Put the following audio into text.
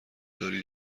داری